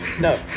No